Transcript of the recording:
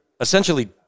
essentially